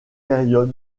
période